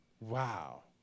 Wow